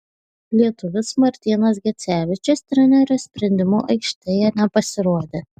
lietuvis martynas gecevičius trenerio sprendimu aikštėje nepasirodė